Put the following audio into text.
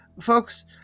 Folks